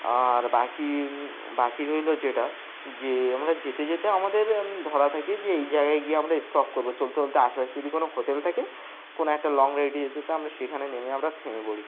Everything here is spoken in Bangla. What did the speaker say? আর বাকি বাকি রইল যেটা যে আমরা যেতে যেতে আমাদের ধরা থাকি যে এই জায়গায় গিয়ে আমরা স্টপ করবো চলতে চলতে আশেপাশে যদি কোনো হোটেল থাকে কোনো একটা লং রাইডে যেতে তো আমরা সেখানে নেমে আমরা থেমে পড়ি